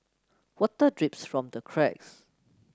water drips from the cracks